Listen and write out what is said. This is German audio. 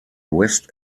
west